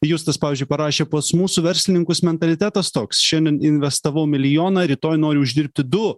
justas pavyzdžiui parašė pas mūsų verslininkus mentalitetas toks šiandien investavau milijoną rytoj noriu uždirbti du